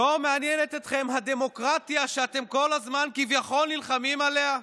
לא מעניינת אתכם הדמוקרטיה שאתם כל הזמן נלחמים עליה,